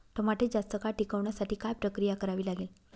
टमाटे जास्त काळ टिकवण्यासाठी काय प्रक्रिया करावी लागेल?